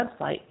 website